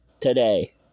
today